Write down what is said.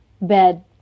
bed